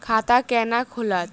खाता केना खुलत?